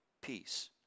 Peace